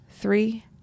Three